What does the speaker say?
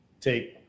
take